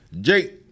Jake